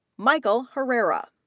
michael herrera,